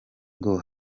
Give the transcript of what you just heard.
ngo